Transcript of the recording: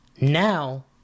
Now